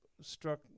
struck